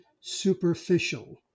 superficial